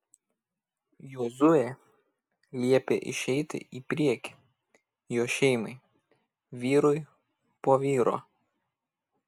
jozuė liepė išeiti į priekį jo šeimai vyrui po vyro